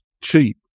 cheap